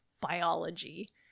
biology